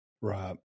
Right